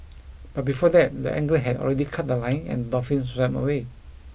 but before that the angler had already cut the line and dolphin swam away